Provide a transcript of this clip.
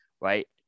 Right